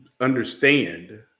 Understand